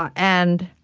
and